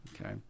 Okay